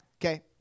Okay